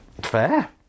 fair